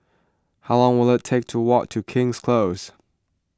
how long will it take to walk to King's Close